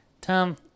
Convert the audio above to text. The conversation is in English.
Tom